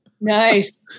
Nice